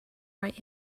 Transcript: right